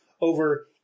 over